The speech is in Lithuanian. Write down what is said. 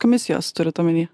komisijos turit omeny